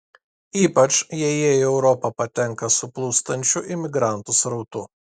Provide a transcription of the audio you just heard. ypač jei jie į europą patenka su plūstančiu imigrantų srautu